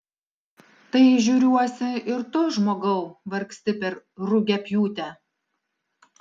tai žiūriuosi ir tu žmogau vargsti per rugiapjūtę